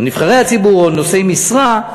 על נבחרי הציבור, נושאי משרה,